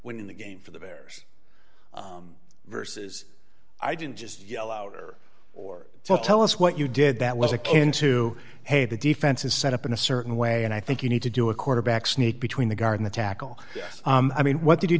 winning the game for the bears versus i didn't just yell louder or tell us what you did that was akin to hey the defense is set up in a certain way and i think you need to do a quarterback sneak between the guard in the tackle i mean what did you